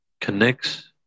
connects